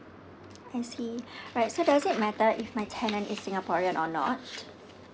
I see right so does it matter if my tenant is singaporean or not